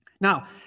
Now